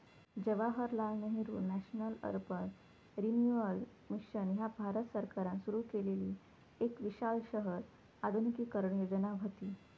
Jawaharlal Nehru national urban renewal mission ह्या भारत सरकारान सुरू केलेली एक विशाल शहर आधुनिकीकरण योजना व्हती